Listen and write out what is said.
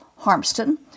Harmston